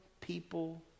people